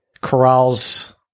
corrals